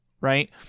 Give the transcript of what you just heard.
right